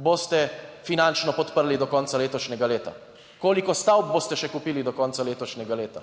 boste finančno podprli do konca letošnjega leta? Koliko stavb boste še kupili do konca letošnjega leta?